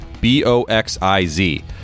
B-O-X-I-Z